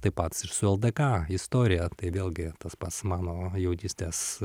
taip pat su ldk istorija tai vėlgi tas pats mano jaunystės